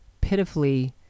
pitifully